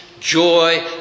joy